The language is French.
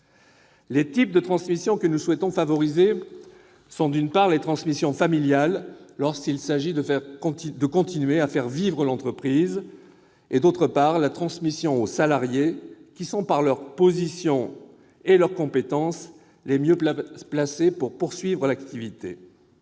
Les types de transmissions que nous souhaitons favoriser sont d'une part, les transmissions familiales, lorsqu'il s'agit de continuer à faire vivre l'entreprise, et, d'autre part, la transmission aux salariés, lesquels sont, par leur position et leurs compétences, les mieux placés pour poursuivre l'activité.